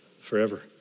forever